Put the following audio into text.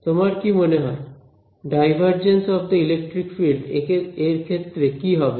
তোমার কি মনে হয় ∇E এর ক্ষেত্রে কি হবে